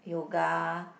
yoga